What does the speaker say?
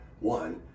one